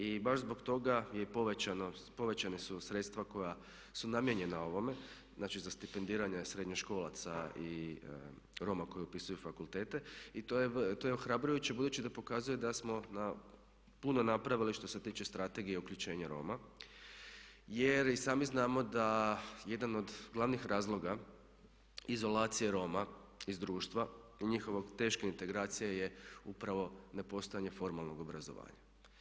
I baš zbog toga povećana su i sredstva koja su namijenjena ovome, znači za stipendiranje srednjoškolaca i Roma koji upisuju fakultete i to je ohrabrujuće budući da pokazuje da smo puno napravili što se tiče Strategije uključenja Roma jer i sami znamo da jedan od glavnih razloga izolacije Roma iz društva i njihove teške integracije je upravo nepostojanje formalnog obrazovanja.